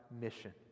Mission